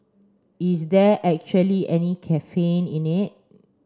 is there actually any caffeine in it